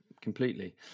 completely